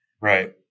Right